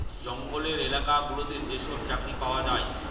জঙ্গলের এলাকা গুলোতে যেসব চাকরি পাওয়া যায়